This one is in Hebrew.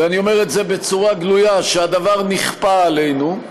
ואני אומר את זה בצורה גלויה, שהדבר נכפה עלינו,